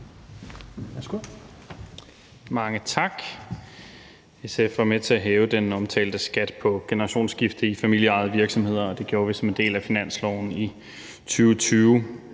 Mange tak. SF var med til at hæve den omtalte skat på generationsskifte i familieejede virksomheder. Det gjorde vi som en del af finansloven i 2020.